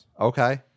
Okay